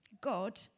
God